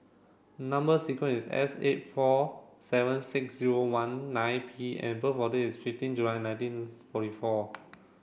number sequence is S eight four seven six zero one nine P and birth of date is fifteen July nineteen forty four